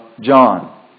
John